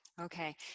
Okay